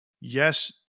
yes